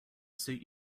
suit